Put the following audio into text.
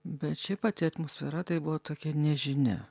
bet šiaip pati atmosfera tai buvo tokia nežinia